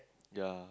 ya